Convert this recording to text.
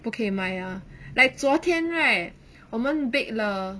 不可以卖啦 like 昨天 right 我们 bake 了